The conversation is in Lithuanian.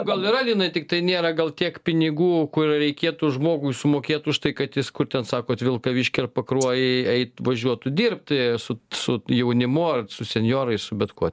gal yra linai tiktai nėra gal kiek pinigų kurių reikėtų žmogui sumokėt už tai kad jis kur ten sakot vilkavišky ar pakruojyj eit važiuotų dirbti su su jaunimu ar su senjorais su bet kuo